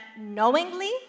knowingly